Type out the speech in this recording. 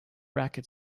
racket